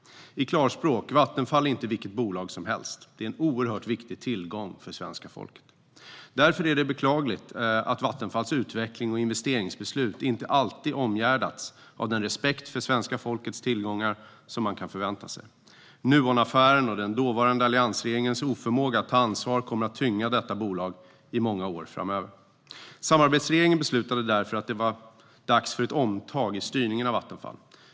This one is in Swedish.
I klarspråk: Vattenfall är inte vilket bolag som helst. Det är en oerhört viktig tillgång för svenska folket. Därför är det beklagligt att Vattenfalls utveckling och investeringsbeslut inte alltid omgärdats av den respekt för svenska folkets tillgångar som man kan förvänta sig. Nuonaffären och den dåvarande alliansregeringens oförmåga att ta ansvar kommer att tynga detta bolag i många år framöver. Samarbetsregeringen beslutade därför att det var dags för ett omtag i styrningen av Vattenfall.